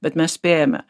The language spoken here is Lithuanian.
bet mes spėjame